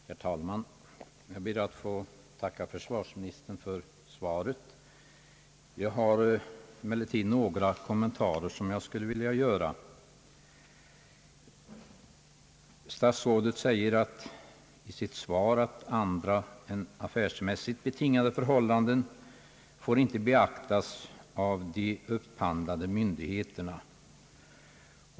Herr talman! Jag ber att få tacka försvarsministern för svaret. Jag har emellertid några kommentarer som jag skulle vilja göra. Statsrådet säger i sitt svar att andra än affärsmässigt betingade förhållanden inte får beaktas av de upphandlande myndigheterna.